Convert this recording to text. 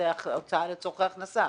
זו הוצאה לצורכי הכנסה.